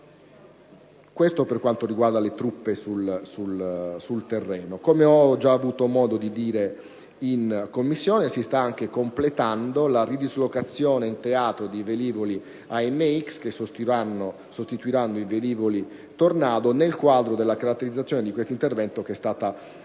Questo per quanto riguarda le truppe sul terreno. Come già ho avuto modo di dire in Commissione, si sta anche completando la dislocazione in teatro di velivoli AMX, che sostituiranno i Tornado, nel quadro della caratterizzazione dell'intervento che è stata illustrata